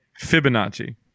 Fibonacci